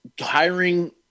hiring